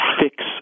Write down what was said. fix